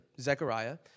Zechariah